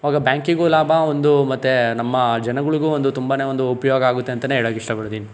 ಆವಾಗ ಬ್ಯಾಂಕಿಗೂ ಲಾಭ ಒಂದು ಮತ್ತು ನಮ್ಮ ಜನಗಳಿಗೂ ಒಂದು ತುಂಬಾ ಒಂದು ಉಪಯೋಗ ಆಗುತ್ತೆ ಅಂತಾನೆ ಹೇಳೋಕ್ಕೆ ಇಷ್ಟಪಡ್ತೀನಿ